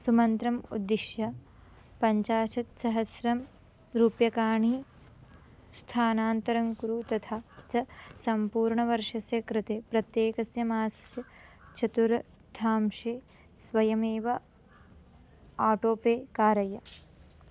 सुमन्त्रम् उद्दिश्य पञ्चाशत्सहस्रं रूप्यकाणि स्थानान्तरं कुरु तथा च सम्पूर्णवर्षस्य कृते प्रत्येकस्य मासस्य चतुरथांशे स्वयमेव आटो पे कारय